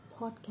Podcast